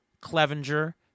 Clevenger